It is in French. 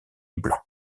blanc